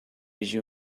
you